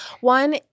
One